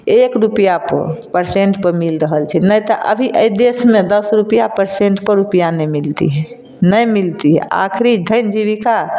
एक रूपैआके पर्सेंट पर मिल रहल छै नहि तऽ अभी एहि देशमे दश रूपैआ पर्सेंट पर रूपैआ नहि मिलतियै नहि मिलतिऐ आखरी धन्य जीबिका